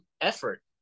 effort